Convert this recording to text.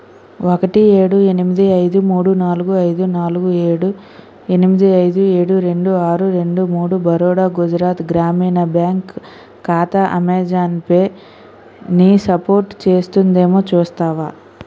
ఒకటి ఏడు ఎనిమిది ఐదు మూడు నాలుగు ఐదు నాలుగు ఏడు ఎనిమిది ఐదు ఏడు రెండు ఆరు రెండు మూడు బరోడా గుజరాత్ గ్రామీణ బ్యాంక్ ఖాతా అమెజాన్ పేని సపోర్టు చేస్తుందేమో చూస్తావా